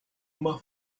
uma